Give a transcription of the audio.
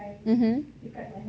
hmm hmm